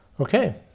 Okay